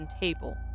table